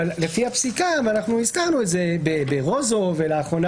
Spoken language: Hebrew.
אבל לפי הפסיקה ואנחנו הזכרנו את זה ב-רוזוב ולאחרונה